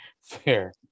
Fair